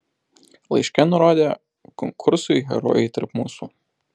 laiške nurodė konkursui herojai tarp mūsų